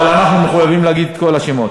אבל אנחנו מחויבים להגיד את כל השמות.